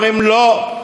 אבל אומרים: לא,